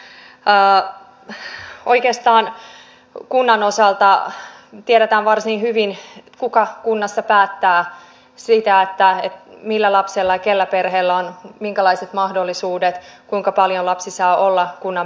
ja oikeastaan kunnan osalta tiedetään varsin hyvin kuka kunnassa päättää siitä millä lapsella ja kenellä perheellä on minkälaiset mahdollisuudet kuinka paljon lapsi saa olla kunnan päivähoidossa